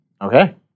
Okay